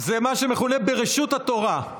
זה מה שמכונה: ברשות התורה.